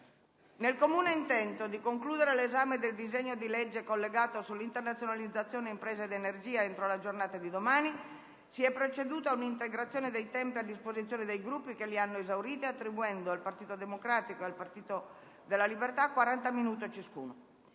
Nel comune intento di concludere l'esame del disegno di legge collegato su internazionalizzazione imprese ed energia entro la giornata di domani, si è proceduto ad un'integrazione dei tempi a disposizione dei Gruppi che li hanno esauriti, attribuendo al Partito Democratico e al Popolo della Libertà 40 minuti ciascuno.